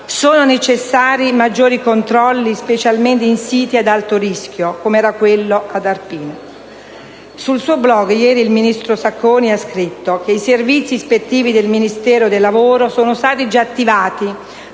Sono necessari maggiori controlli, specialmente in siti ad alto rischio, come era quello di Arpino. Sul suo *blog* ieri il ministro Sacconi ha scritto che «i servizi ispettivi del Ministero del lavoro sono stati già attivati